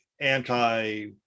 anti